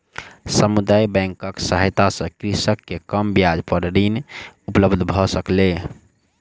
समुदाय बैंकक सहायता सॅ कृषक के कम ब्याज पर ऋण उपलब्ध भ सकलै